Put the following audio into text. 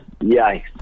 Yikes